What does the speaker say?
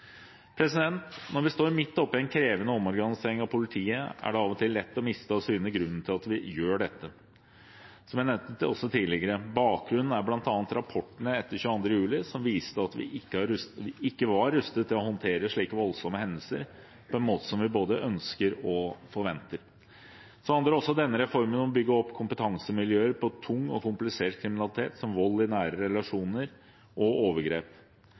Når vi står midt oppi en krevende omorganisering av politiet, er det av og til lett å miste av syne grunnen til at vi gjør dette. Som jeg nevnte også tidligere: Bakgrunnen er bl.a. rapportene etter 22. juli, som viste at vi ikke var rustet til å håndtere slike voldsomme hendelser på en måte som vi både ønsker og forventer. Så handler også denne reformen om å bygge opp kompetansemiljøer på tung og komplisert kriminalitet, som vold i nære relasjoner og overgrep.